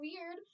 weird